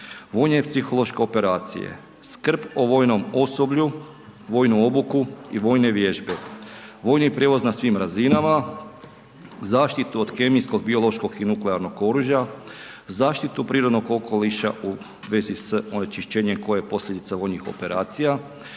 vojne psihološke operacije, skrb o vojnom osoblju, vojnu obuku i vojne vježbe, vojni prijevoz na svim razinama, zaštitu od kemijskog, biološkog i nuklearnog oružja, zaštitu prirodnog okoliša u vezi s onečišćenjem koje je posljedica vojnih operacija,